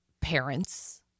parents